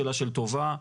טובה,